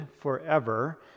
forever